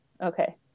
Okay